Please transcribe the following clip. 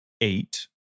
eight